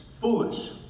Foolish